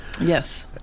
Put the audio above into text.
Yes